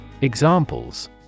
Examples